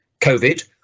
COVID